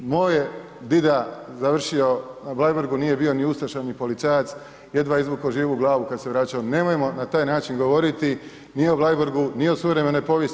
Moj je dida završio na Bleiburgu, nije bio ni ustaša ni policajac, jedva je izvukao živu glavu kad se vraćao, nemojmo na taj način govoriti ni o Bleiburgu, ni o suvremenoj povijesti.